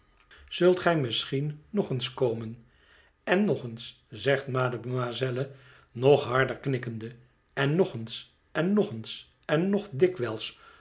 zult gij misschien nog eens komen en nog eens zegt mademoiselle nog harder knikkende en nog eens en nog eens en nog dikwijls